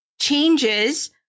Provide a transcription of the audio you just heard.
changes